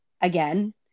again